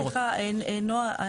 סליחה נעה.